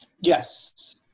Yes